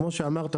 כמו שאמרת,